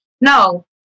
no